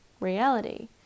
reality